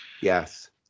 Yes